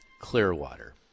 Clearwater